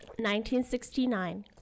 1969